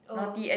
oh